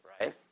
right